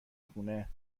خونه